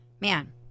man